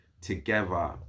together